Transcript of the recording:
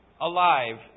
Alive